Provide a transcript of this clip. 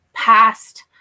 past